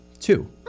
Two